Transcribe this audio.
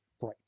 bright